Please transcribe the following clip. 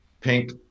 pink